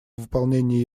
выполнении